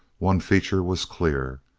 one feature was clear,